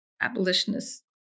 abolitionists